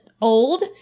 Old